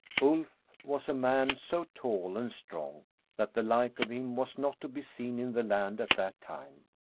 ulf was a man so tall and strong that the like of him was not to be seen in the land at that time.